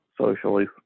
socially